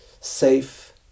safe